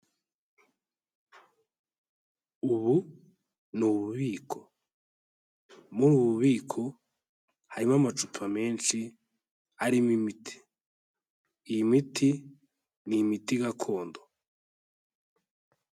Ubu ni ububiko, muri ubu bubiko harimo amacupa menshi arimo imiti, iyi miti ni imiti gakondo.